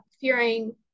fearing